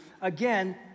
again